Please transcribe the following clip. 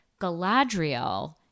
galadriel